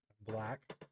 Black